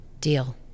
deal